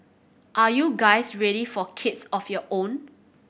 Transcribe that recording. are you guys ready for kids of your own